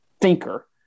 thinker